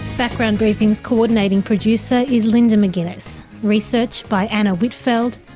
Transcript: background briefing's coordinating producer is linda mcginness, research by anna whitfeld,